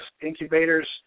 incubators